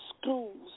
schools